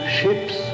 ships